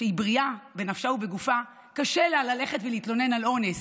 שהיא בריאה בנפשה ובגופה קשה לה ללכת להתלונן על אונס,